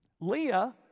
Leah